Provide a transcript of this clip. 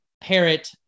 parrot